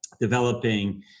developing